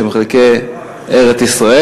הם חלקי ארץ-ישראל.